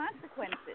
consequences